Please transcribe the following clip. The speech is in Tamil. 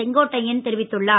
செங்கோட்டையன் தெரிவித்துள்ளார்